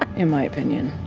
um in my opinion.